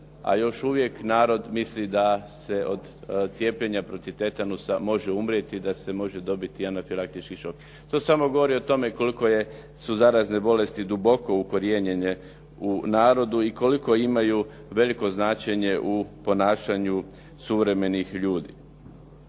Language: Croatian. još uvijek narod misli da se od cijepljenja protiv tetanusa može umrijeti, da se može dobiti anafilaktički šok. To samo govori koliko su zarazne bolesti duboko ukorijenjene u narodu i koliko imaju veliko značenje u ponašanju suvremenih ljudi.